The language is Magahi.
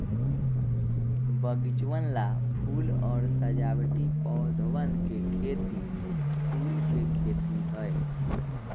बगीचवन ला फूल और सजावटी पौधवन के खेती फूल के खेती है